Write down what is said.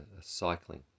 cycling